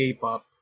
K-pop